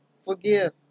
Forgive